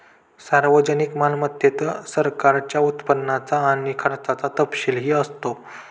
सार्वजनिक मालमत्तेत सरकारच्या उत्पन्नाचा आणि खर्चाचा तपशीलही असतो